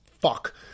fuck